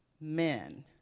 men